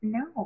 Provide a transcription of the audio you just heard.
no